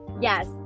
yes